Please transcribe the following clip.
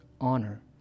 honor